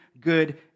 good